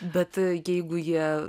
bet jeigu jie